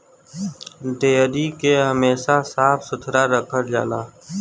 dairy के हमेशा साफ सुथरा रखल जाला